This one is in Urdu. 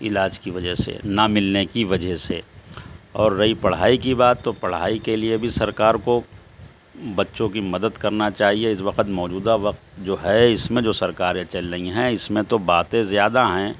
علاج کی وجہ سے نہ ملنے کی وجہ سے اور رہی پڑھائی کی بات تو پڑھائی کے لیے بھی سرکار کو بچوں کی مدد کرنا چاہیے اس وقت موجود وقت جو ہے اس میں جو سرکاریں چل رہی ہیں اس میں تو باتیں زیادہ ہیں